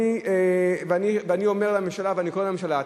ואני אומר לממשלה ואני קורא לממשלה: